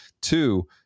Two